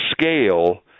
scale